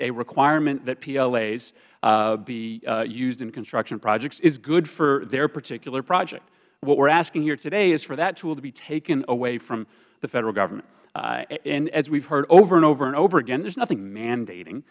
a requirement that plas be used in construction projects is good for their particular project what we're asking here today is for that to be taken away from the federal government and as we've heard over and over and over again there's nothing mandating